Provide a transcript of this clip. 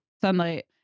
sunlight